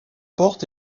portes